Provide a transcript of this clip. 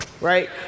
right